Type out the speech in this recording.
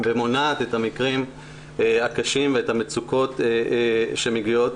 ומונעת את המקרים הקשים ואת המצוקות שמגיעות